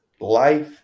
life